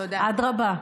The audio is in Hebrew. אדרבה.